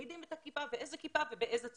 מורידים את הכיפה, איזו כיפה ובאיזו צורה,